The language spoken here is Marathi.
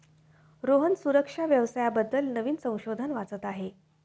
रोहन सुरक्षा व्यवसाया बद्दल नवीन संशोधन वाचत आहे